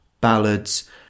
ballads